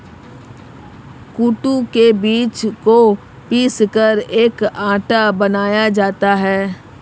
कूटू के बीज को पीसकर एक आटा बनाया जाता है